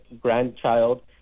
grandchild